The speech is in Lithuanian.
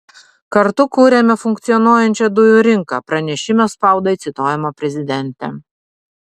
kartu kuriame funkcionuojančią dujų rinką pranešime spaudai cituojama prezidentė